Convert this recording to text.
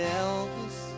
elvis